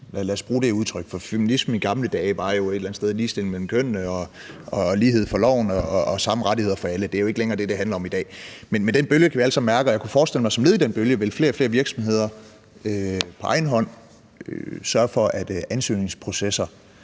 Lad os bruge det udtryk, for feminismen i gamle dage var jo et eller andet sted ligestilling mellem kønnene og lighed for loven og samme rettigheder for alle. Det er jo ikke længere det, det handler om i dag. Men den bølge kan vi alle sammen mærke, og jeg kunne forestille mig, at flere og flere virksomheder som led i den bølge på egen hånd vil sørge for, at ansøgningsprocesser